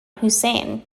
hussein